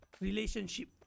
relationship